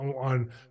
on